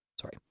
Sorry